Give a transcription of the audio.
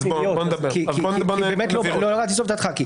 לא ירדתי לסוף דעתך.